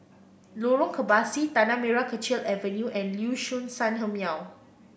Lorong Kebasi Tanah Merah Kechil Avenue and Liuxun Sanhemiao